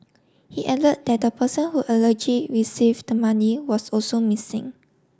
he added that the person who allergy received the money was also missing